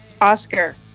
Oscar